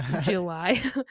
July